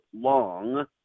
long